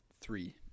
three